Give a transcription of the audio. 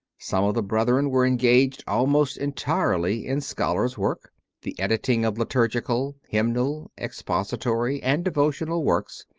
some of the brethren were engaged almost entirely in scholars work the editing of liturgical, hymnal, expository, and devotional works,